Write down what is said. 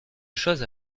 choses